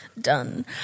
done